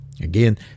Again